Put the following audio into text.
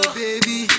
baby